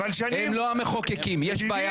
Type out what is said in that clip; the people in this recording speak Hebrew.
הם לא המחוקקים -- אבל שנים,